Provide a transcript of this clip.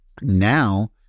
now